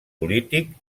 polític